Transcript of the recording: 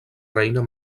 reina